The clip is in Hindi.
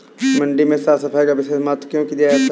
मंडी में साफ सफाई का विशेष महत्व क्यो दिया जाता है?